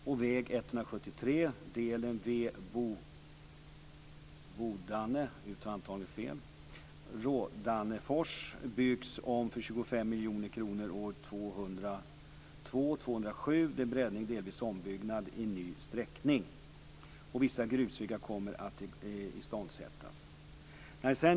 Och väg 173 delen V Bodane-Rådanefors byggs om för 25 miljoner kronor2002-2007, och det är breddning och delvis ombyggnad i ny sträckning. Och vissa grusvägar kommer att iståndsättas.